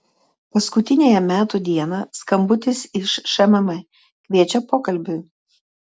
paskutiniąją metų dieną skambutis iš šmm kviečia pokalbiui